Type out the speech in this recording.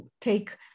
take